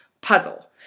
puzzle